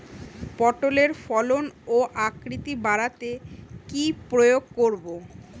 পটলের ফলন ও আকৃতি বাড়াতে কি প্রয়োগ করব?